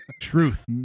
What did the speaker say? Truth